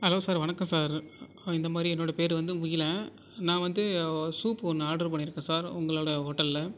hello sir வணக்கம் sir இந்தமாதிரி என்னோட பேர் வந்து முகிலன் நான் வந்து சூப் ஒன்று ஆடரு பண்ணியிருக்கேன் சார் உங்களோட ஹோட்டலில்